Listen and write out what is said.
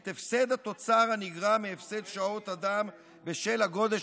את הפסד התוצר נגרם הפסד שעות אדם בשל הגודש